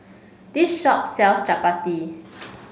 this shop sells Chapati